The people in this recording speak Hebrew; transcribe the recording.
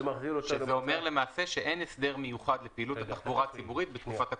זה אומר שאין הסדר מיוחד לפעילות בתחבורה ציבורית בתקופת הקורונה.